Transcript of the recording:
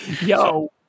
yo